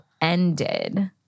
ended